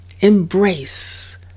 Embrace